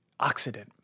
oxidant